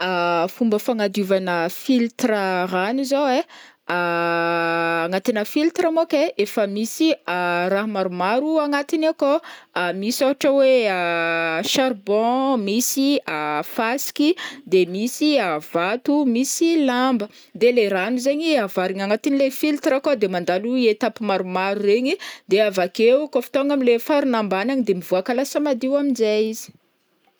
Fomba fanadiovana filtre rano zao e agnatina filtre manko e, efa misy raha maromaro agnatiny akao, misy ôhatra hoe charbon, misy fasiky, de misy a vato, misy lamba, de le rano zegny avarigna agnatin'le filtre akao de mandalo i etape maromaro regny de avakeo kaofa tonga amle farany ambany de lasa madio aminjay izy.